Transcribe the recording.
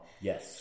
Yes